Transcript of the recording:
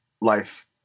life